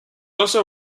also